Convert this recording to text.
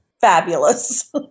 fabulous